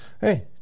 Hey